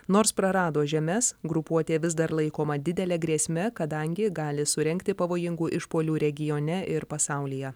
nors prarado žemes grupuotė vis dar laikoma didele grėsme kadangi gali surengti pavojingų išpuolių regione ir pasaulyje